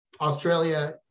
Australia